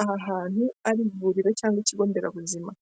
aha hantu ari mu mu ivuriro cyangwa ikigonderabuzima.